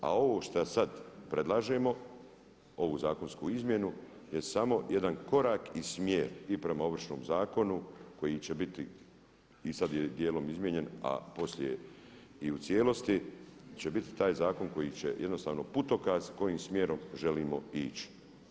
A ovo što sad predlažemo, ovu zakonsku izmjenu, je samo jedan korak i smjer i prema Ovršnom zakonu koji će biti i sad je dijelom izmijenjen, a poslije i u cijelosti će biti taj zakon koji će jednostavno biti putokaz kojim smjerom želimo ići.